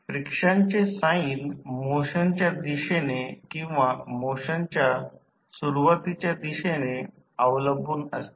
फ्रिक्शनचे sign मोशनच्या दिशेने किंवा मोशनच्या सुरुवातीच्या दिशेने अवलंबून असते